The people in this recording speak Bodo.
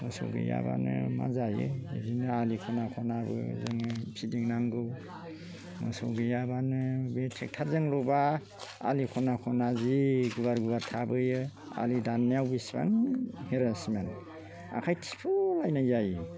मोसौ गैयाबानो मा जायो बिदिनो आलि खना खनाबो जोङो फिदिंनांगौ मोसौ गैयाबानो बे थेकटारजोंल'बा आलि खना खना जि गुवार गुवार थाबोयो आलि दाननायाव बिसिबां हेरेसमेन्ट आखाय थिफु लायनाय जायो